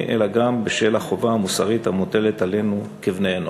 אלא גם בשל החובה המוסרית המוטלת עלינו כבני-אנוש.